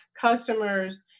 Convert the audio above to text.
customers